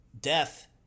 Death